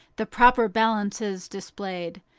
the proper balances displayed,